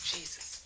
Jesus